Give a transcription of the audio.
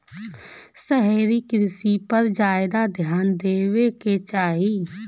शहरी कृषि पर ज्यादा ध्यान देवे के चाही